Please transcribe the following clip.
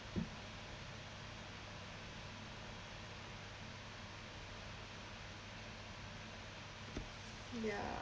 ya